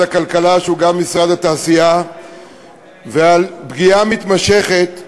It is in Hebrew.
הכלכלה שהוא גם משרד התעשייה ועל פגיעה מתמשכת בייצור,